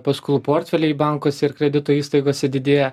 paskolų portfeliai į bankuose ir kredito įstaigose didėja